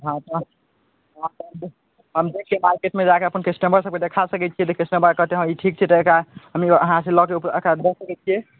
हँ तऽ हँ हम देखिऔ मार्केटमे जाकऽ अपन कस्टमर सभके देखा सकै छिए तऽ कस्टमर कहत ई ठीक छै तऽ एकरा हम अहाँसे लऽके दऽ सकै छिए